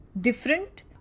different